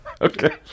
Okay